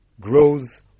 grows